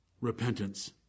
repentance